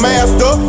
master